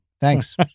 Thanks